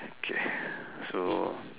okay so